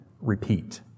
repeat